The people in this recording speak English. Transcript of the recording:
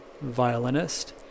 violinist